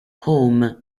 home